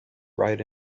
ride